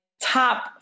top